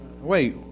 Wait